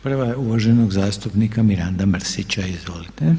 Prva je uvaženog zastupnika Miranda Mrsića, izvolite.